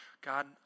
God